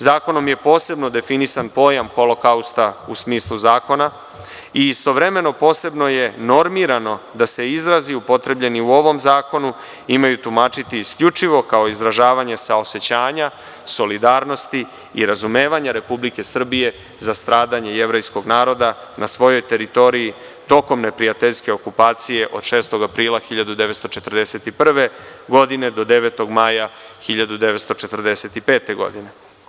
Zakonom je posebno definisan pojam holokausta u smislu zakona i istovremeno posebno je normirano da se izrazi upotrebljeni u ovom zakonu imaju tumačiti isključivo kao izražavanje saosećanja, solidarnosti i razumevanja Republike Srbije za stradanje jevrejskog naroda na svojoj teritoriji tokom neprijateljske okupacije od 6. aprila 1941. do 9. maja 1945. godine.